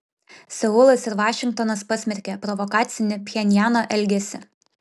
seulas ir vašingtonas pasmerkė provokacinį pchenjano elgesį